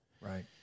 Right